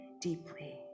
deeply